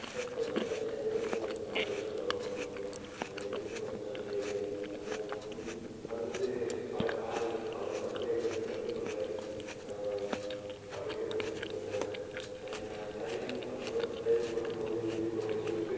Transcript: எப்போது நான் தனியாக எனக்குன்னு ஒரு சேனல் வச்சு நான் ஓப்பன் பண்ணுறனோ அன்றைலேருந்து பார்த்திங்கன்னா அநேக சேனல் ஓப்பன் பண்ணி அதுலேருந்து பல காரியங்கள் பல நன்மைகளை கற்றுக்கொண்டேன் சமைக்கிறதுக்கு கற்றுக்கொண்டேன் நான் ட்ரைவிங் பண்ணுவேன் ட்ரைவிங் பண்ணும் போது யூடியூபை வச்சு விட்டுட்டு